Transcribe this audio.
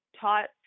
taught